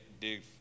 dig